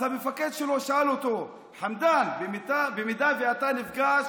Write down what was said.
אז המפקד שלו שאל אותו: חמדאן, במידה שאתה נפגש